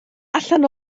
allan